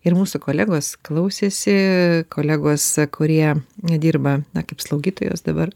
ir mūsų kolegos klausėsi kolegos kurie nedirba na kaip slaugytojos dabar